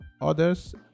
Others